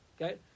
Okay